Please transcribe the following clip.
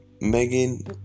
Megan